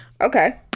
okay